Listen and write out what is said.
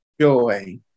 joy